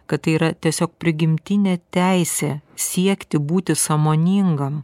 kad tai yra tiesiog prigimtinė teisė siekti būti sąmoningam